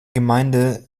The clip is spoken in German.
gemeinde